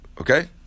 okay